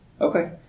Okay